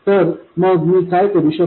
तर मग मी काय करू शकतो